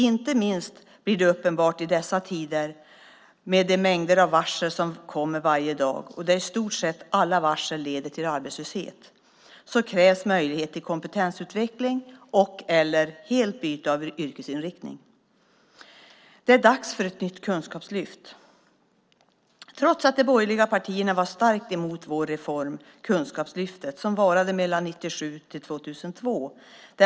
Det blir inte minst uppenbart i dessa tider. Med de mängder av varsel som kommer varje dag där i stort sett alla varsel leder till arbetslöshet krävs möjlighet till kompetensutveckling och/eller helt byte av yrkesinriktning. Det är dags för ett nytt kunskapslyft. De borgerliga partierna var starkt emot vår reform Kunskapslyftet som varade mellan 1997 och 2002.